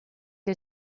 que